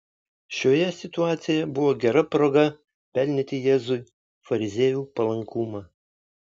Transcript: šioje situacijoje buvo gera proga pelnyti jėzui fariziejų palankumą